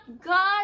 God